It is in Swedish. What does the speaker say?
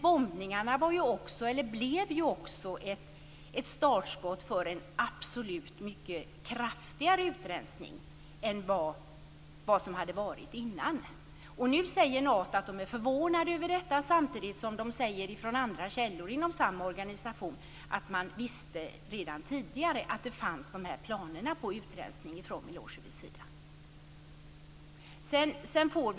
Bombningarna blev också ett startskott för en absolut mycket kraftigare utrensning än som hade varit innan. Nu säger Nato att man är förvånad över detta. Samtidigt sägs det från andra källor inom samma organisation att man redan tidigare visste att planerna på utrensning fanns från Milosevics sida.